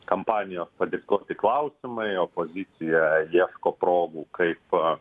kampanijos padiktuoti klausimai opozicija ieško progų kaip